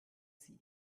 sie